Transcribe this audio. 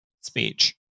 speech